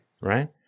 Right